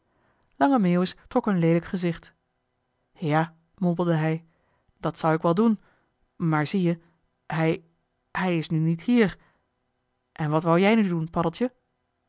lange meeuwis trok een leelijk gezicht ja mompelde hij dat zou ik wel doen maar zie-je hij hij is nu niet hier en wat wou jij nu doen paddeltje